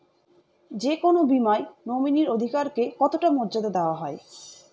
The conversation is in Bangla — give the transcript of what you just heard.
যে কোনো বীমায় নমিনীর অধিকার কে কতটা মর্যাদা দেওয়া হয়?